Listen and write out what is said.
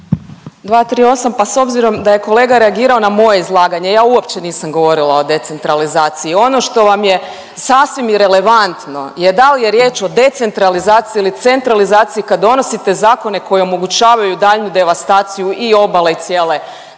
238. Pa s obzirom da je kolega reagirao na moje izlaganje ja uopće nisam govorila o decentralizaciji. Ono što vam je sasvim irelevantno je da li je riječ o decentralizaciji ili centralizaciji kad donosite zakone koji omogućavaju daljnju devastaciju i obale i cijele Hrvatske.